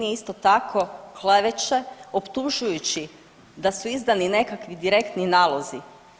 Isto tako kleveće optužujući da su izdani nekakvi direktni nalozi.